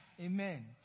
Amen